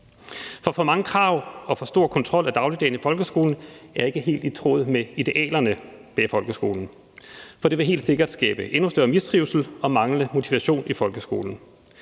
For mange krav og for stor kontrol af dagligdagen i folkeskolen er ikke helt i tråd med idealerne bag folkeskolen, for det vil helt sikkert skabe endnu større mistrivsel og manglende motivation i folkeskolen.